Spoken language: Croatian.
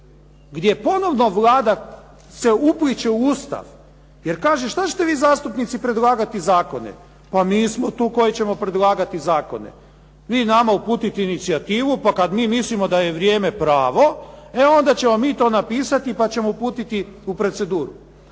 gdje ponovno Vlada se upliće u Ustav. Jer kaže, šta ćete vi zastupnici predlagati zakone, pa mi smo tu koji ćemo predlagati zakone. Vi nama uputite inicijativu pa kada mi mislimo da je vrijeme pravo e onda ćemo mi to napisati pa ćemo uputiti u proceduru.